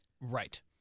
Right